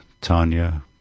Tanya